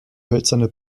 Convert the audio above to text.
hölzerne